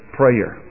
prayer